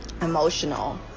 emotional